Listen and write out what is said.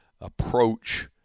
approach